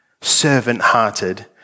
servant-hearted